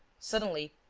suddenly,